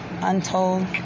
untold